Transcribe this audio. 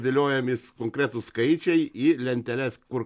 dėliojamės konkretūs skaičiai į lenteles kur